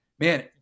man